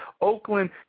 Oakland